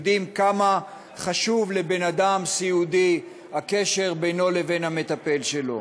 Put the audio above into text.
יודעים כמה חשוב לבן-אדם סיעודי הקשר בינו לבין המטפל שלו.